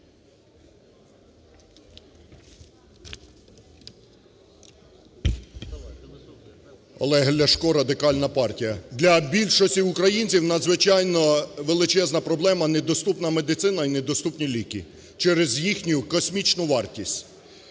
Олег Ляшко, Радикальна партія. Для більшості українців надзвичайно величезна проблема – недоступна медицина і недоступні ліки через їхню космічну вартість.